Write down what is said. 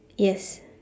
yes